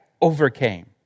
overcame